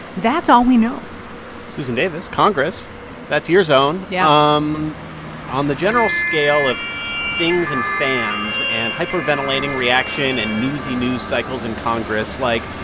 that's all we know susan davis, congress that's your zone yeah um on the general scale of things and fans and hyperventilating reaction and newsy news cycles in congress, like,